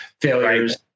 failures